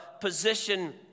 position